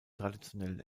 traditionellen